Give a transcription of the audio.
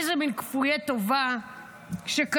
איזו מן כפויי טובה שכאלה.